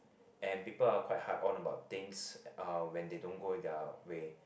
and people are quite hard on about things uh when they don't go at their way